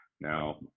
now